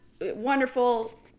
Wonderful